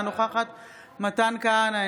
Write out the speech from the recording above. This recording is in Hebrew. אינה נוכחת מתן כהנא,